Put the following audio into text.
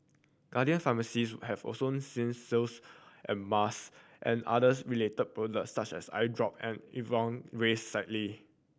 Guardian Pharmacies have also seen sales and mask and others related products such as eye drop and raise slightly